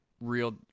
Real